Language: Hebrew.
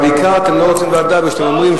בעיקר אתם לא רוצים ועדה מפני שאתם אומרים,